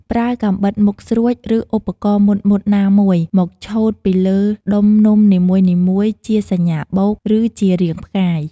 ប្រើកាំបិតមុតស្រួច ឬឧបករណ៍មុតៗណាមួយ មកឆូតពីលើដុំនំនីមួយៗជាសញ្ញាបូក ឬជារាងផ្កាយ។